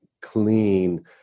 clean